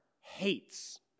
hates